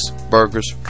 burgers